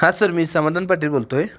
हा सर मी समादान पाटील बोलतो आहे